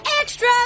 extra